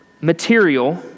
material